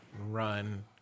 run